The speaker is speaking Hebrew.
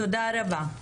תודה רבה.